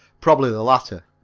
probably the latter.